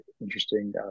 interesting